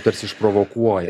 tarsi išprovokuoja